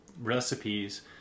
recipes